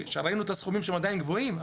ראינו שהסכומים עדיין גבוהים,